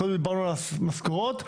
דיברנו על המשכורות,